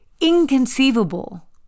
inconceivable